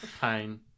pain